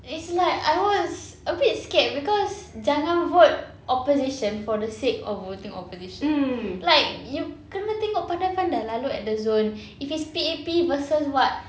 it's like I was a bit scared because jangan vote opposition for the sake of voting opposition like you kena tengok pandai-pandai lah look at the zone if it's P_A_P versus what